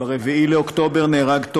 ב-4 באוקטובר נהרג תום לוי.